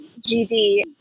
GD